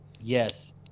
Yes